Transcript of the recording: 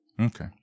Okay